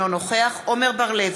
אינו נוכח עמר בר לב,